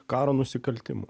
karo nusikaltimų